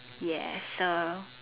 ya so